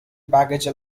baggage